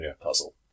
puzzle